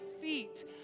feet